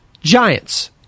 Giants